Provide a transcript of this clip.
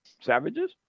Savages